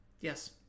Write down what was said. Yes